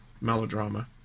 melodrama